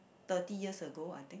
thirty years ago I think